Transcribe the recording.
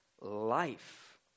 life